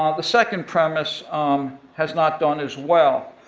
ah the second premise um has not done as well.